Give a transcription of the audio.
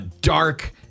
dark